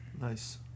Nice